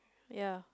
ya